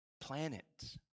planet